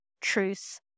truth